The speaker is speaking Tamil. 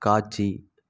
காட்சி